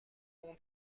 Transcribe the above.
اون